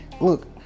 Look